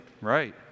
right